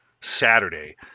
saturday